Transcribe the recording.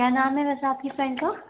क्या नाम है वैसे आपकी फ्रेंड का